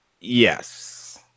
Yes